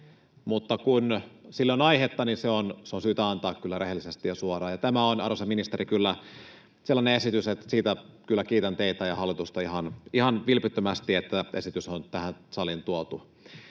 mutta kun sille on aihetta, niin se on syytä antaa kyllä rehellisesti ja suoraan. Ja tämä on, arvoisa ministeri, kyllä sellainen esitys, että kiitän teitä ja hallitusta ihan vilpittömästi siitä, että esitys on tähän saliin tuotu.